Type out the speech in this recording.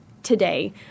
today